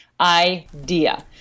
idea